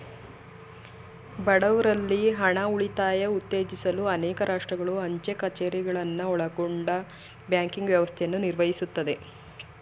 ಬಡವ್ರಲ್ಲಿ ಹಣ ಉಳಿತಾಯ ಉತ್ತೇಜಿಸಲು ಅನೇಕ ರಾಷ್ಟ್ರಗಳು ಅಂಚೆ ಕಛೇರಿಗಳನ್ನ ಒಳಗೊಂಡ ಬ್ಯಾಂಕಿಂಗ್ ವ್ಯವಸ್ಥೆಯನ್ನ ನಿರ್ವಹಿಸುತ್ತೆ